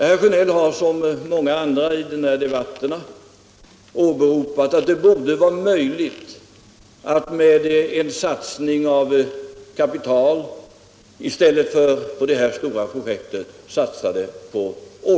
Herr Sjönell har, som många andra talare i de här debatterna, framhållit att det borde vara möjligt att satsa kapitalet på många andra investeringsprojekt i stället för på de här stora projekten.